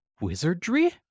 Wizardry